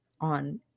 on